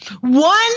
One